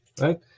right